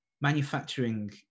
manufacturing